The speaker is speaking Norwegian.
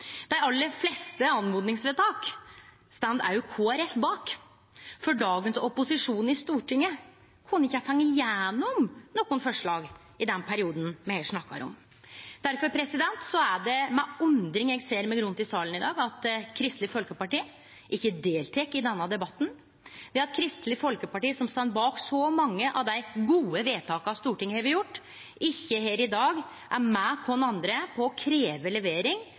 Dei aller fleste oppmodingsvedtaka står òg Kristeleg Folkeparti bak, for dagens opposisjon i Stortinget kunne ikkje fått igjennom nokon forslag i den perioden me her snakkar om. Difor er det med undring eg ser meg rundt i salen i dag og ser at Kristeleg Folkeparti ikkje deltek i denne debatten. Det at Kristeleg Folkeparti, som står bak så mange av dei gode vedtaka Stortinget har gjort, i dag ikkje er med oss andre for å krevje levering